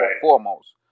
foremost